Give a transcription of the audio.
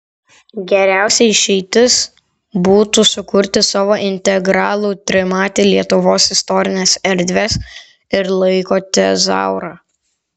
geriausia išeitis būtų sukurti savo integralų trimatį lietuvos istorinės erdvės ir laiko tezaurą